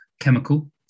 chemical